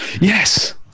Yes